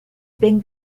ben